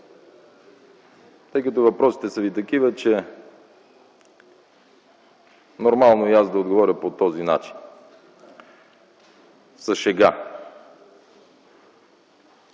Тъй като въпросите ви са такива, нормално е и аз да отговоря по този начин – със шега.